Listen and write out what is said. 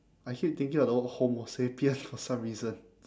I keep thinking of the word homo sapien for some reason